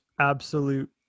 absolute